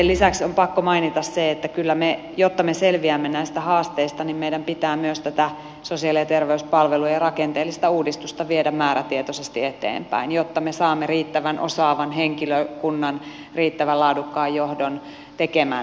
sen lisäksi on pakko mainita se että jotta me selviämme näistä haasteista meidän pitää myös tätä sosiaali ja terveyspalvelujen rakenteellista uudistusta viedä määrätietoisesti eteenpäin jotta me saamme riittävän osaavan henkilökunnan riittävän laadukkaan johdon tekemään näitä töitä